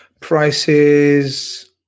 prices